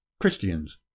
Christians